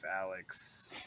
Alex